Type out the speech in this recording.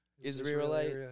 Israelite